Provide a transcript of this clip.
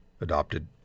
adopted